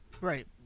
Right